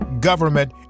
government